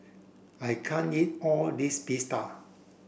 I can't eat all this Pita